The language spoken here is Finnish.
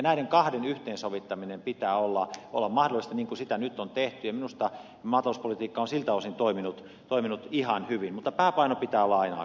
näiden kahden yhteensovittamisen pitää olla mahdollista niin kuin sitä nyt on tehty ja minusta maatalouspolitiikka on siltä osin toiminut ihan hyvin mutta pääpainon pitää aina olla aktiiviviljelijöillä